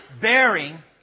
Bearing